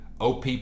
OPP